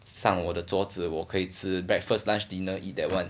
上我的桌子我可以吃 breakfast lunch dinner eat that one